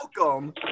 Welcome